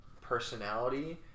personality